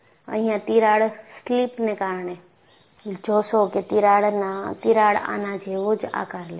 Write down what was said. અહિયાં તિરાડ સ્લિપને કારણે જોશો કે તિરાડ આના જેવો જ આકાર લે છે